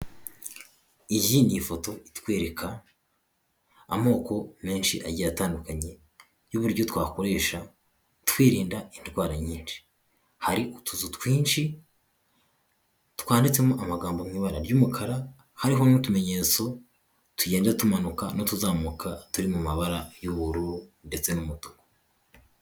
Iyi ni ifoto itwereka amoko menshi agiye atandukanye y'uburyo twakoresha twirinda indwara nyinshi hari utuzu twinshi twanditsemo amagambo mu ibara ryu umukara hariho n'utumenyetso tugenda tumanuka n'utuzamuka turi mu mabara yu ubururu ndetse nu umutuku.